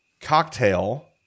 cocktail